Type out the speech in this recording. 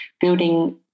building